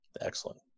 Excellent